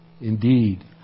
Indeed